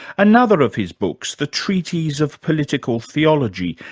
another of his books, the treatise of political theology,